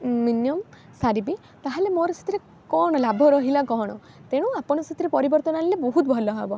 minimum ସାରିବି ତା'ହେଲେ ମୋର ସେଥିରେ କ'ଣ ଲାଭ ରହିଲା କ'ଣ ତେଣୁ ଆପଣ ସେଥିରେ ପରିବର୍ତ୍ତନ ଆଣିଲେ ବହୁତ ଭଲ ହେବ